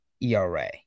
ERA